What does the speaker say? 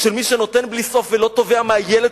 מי שנותן בלי סוף ולא תובע מהילד,